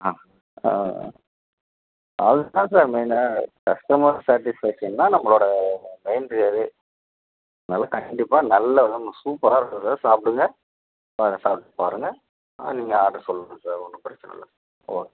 ஆ அது தான் sir main customer satisfaction தான் நம்மளோடய மெயின் ரி இதே அதனால் கண்டிப்பாக நல்லவிதமாக சூப்பராக இருக்கும் சார் சாப்பிடுங்க ஆ சாப்பிட்டு பாருங்க ஆ நீங்கள் ஆர்டர் சொல்லுங்க சார் ஒன்றும் பிரச்சினல்ல ஓகே